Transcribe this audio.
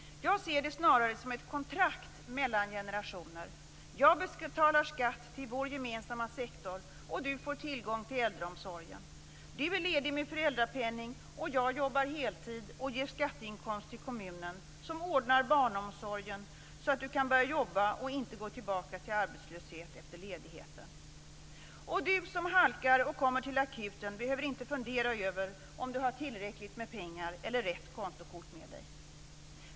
Jag ser det snarare som ett kontrakt mellan generationer. Jag betalar skatt till vår gemensamma sektor, och du får tillgång till äldreomsorgen. Du är ledig med föräldrapenning, och jag jobbar heltid och ger skatteinkomster till kommunen som ordnar barnomsorgen så att du kan börja arbeta och inte behöver gå till arbetslöshet efter ledigheten. Och du som halkar och kommer till akuten behöver inte fundera över om du har tillräckligt med pengar eller rätt kontokort med dig.